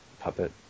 Puppet